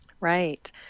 Right